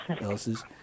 else's